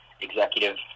executive